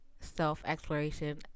self-exploration